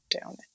down